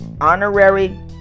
honorary